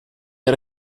era